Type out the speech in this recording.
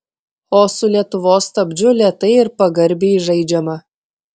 o su lietuvos stabdžiu lėtai ir pagarbiai žaidžiama